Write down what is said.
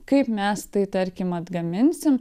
kaip mes tai tarkim atgaminsim